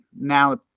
now